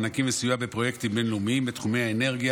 מענקים וסיוע בפרויקטים בין-לאומיים בתחומי האנרגיה,